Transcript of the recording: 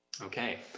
Okay